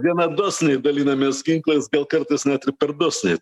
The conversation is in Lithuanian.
gana dosniai dalinamės ginklais gal kartais net ir per dosniai